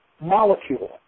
molecule